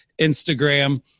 Instagram